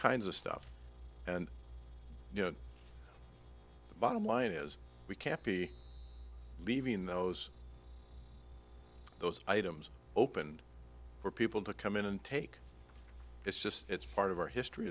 kinds of stuff and you know the bottom line is we can't be leaving those those items open for people to come in and take it's just it's part of our history